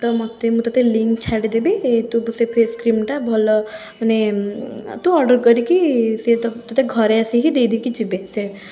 ତ ମୋତେ ମୁଁ ତୋତେ ଲିଙ୍କ୍ ଛାଡ଼ିଦେବି ଏ ତୁ ବି ସେ ଫେସ୍ କ୍ରିମ୍ଟା ଭଲ ମାନେ ତୁ ଅର୍ଡ଼ର୍ କରିକି ସେ ତ ତୋତେ ଘରେ ଆସିକି ଦେଇ ଦେଇକି ଯିବେ ସେ